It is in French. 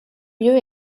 lieu